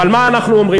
אבל מה אנחנו אומרים?